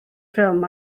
ffilm